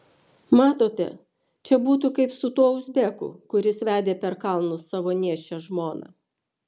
matote čia būtų kaip su tuo uzbeku kuris vedė per kalnus savo nėščią žmoną